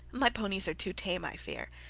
my ponies are too tame, i fear,